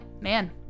man